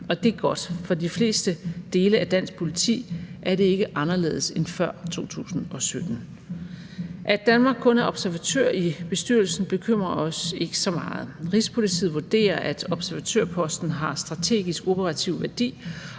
og det er godt. For de fleste dele af dansk politi er det ikke anderledes end før 2017. At Danmark kun er observatør i bestyrelsen, bekymrer os ikke så meget. Rigspolitiet vurderer, at observatørposten har strategisk operativ værdi,